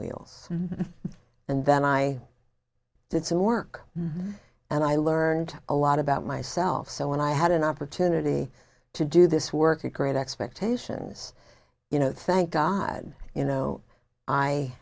wheels and then i did some work and i learned a lot about myself so when i had an opportunity to do this work at great expectations you know thank god you know i